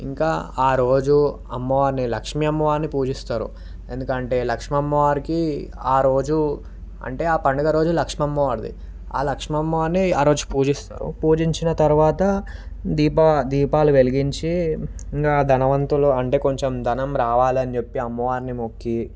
ఇంకా ఆ రోజు అమ్మవారిని లక్ష్మీ అమ్మవారిని పూజిస్తారు ఎందుకంటే లక్ష్మీ అమ్మవారికి ఆ రోజు అంటే ఆ పండుగ రోజు లక్ష్మీ అమ్మవారిది ఆ లక్ష్మీ అమ్మవారిని ఆ రోజు పూజిస్తారు పూజించిన తర్వాత దీపాలు దీపాలు వెలిగించి ధనవంతులు అంటే కొంచెం ధనం రావాలని చెప్పి అమ్మవారిని మొక్కి